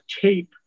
tape